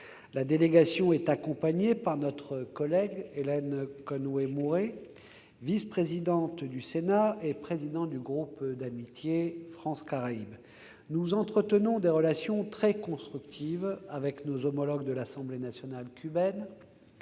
La délégation est accompagnée par notre collègue Hélène Conway-Mouret, vice-présidente du Sénat et présidente du groupe d'amitié France-Caraïbes. Nous entretenons des relations très constructives avec nos homologues de l'Assemblée nationale cubaine.